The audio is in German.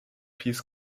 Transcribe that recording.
peace